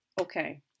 Okay